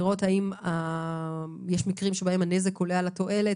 לראות האם יש מקרים שבהם הנזק עולה על התועלת,